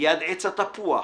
ליד עץ התפוח,